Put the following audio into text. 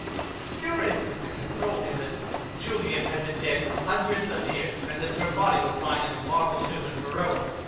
was furious with him, and told him that juliet had been dead for hundreds of years and that her body was lying in a marble tomb in verona.